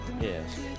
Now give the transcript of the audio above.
Yes